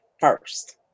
first